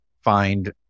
find